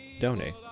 donate